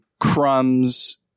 Crumbs